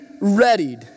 readied